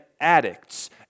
addicts